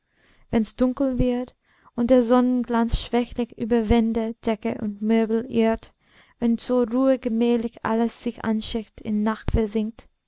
wenn's dunkel wird und der sonnenglanz schwächlich über wände decke und möbel irrt wenn zur ruhe gemächlich alles sich anschickt in nacht versinkt